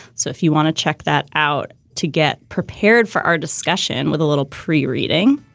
so if you want to check that out, to get prepared for our discussion with a little pre-reading,